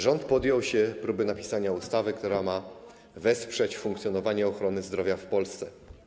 Rząd podjął się próby napisania ustawy, która ma wesprzeć funkcjonowanie ochrony zdrowia w Polsce.